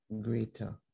greater